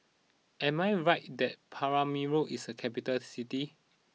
am I right that Paramaribo is a capital city